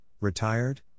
retired